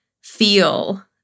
feel